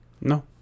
No